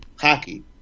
hockey